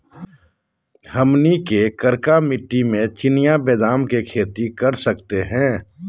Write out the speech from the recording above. हम की करका मिट्टी में चिनिया बेदाम के खेती कर सको है?